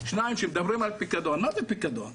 כשמדברים על הפיקדון, מה זה פיקדון?